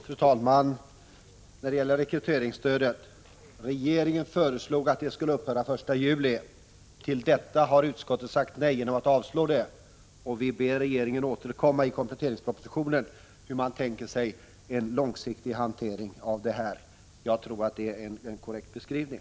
Fru talman! När det gäller rekryteringsstödet: Regeringen föreslog att det skulle upphöra den 1 juli. Till detta har utskottet sagt nej, och vi ber regeringen återkomma i kompletteringspropositionen med en redovisning av hur den tänker sig en långsiktig hantering av frågan. Jag tror att det är en korrekt beskrivning.